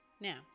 Now